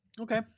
Okay